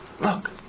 Look